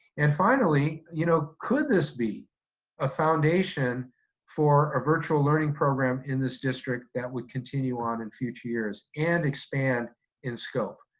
and finally, you know could this be a foundation for a virtual learning program in this district that would continue on in future years and expand in scope?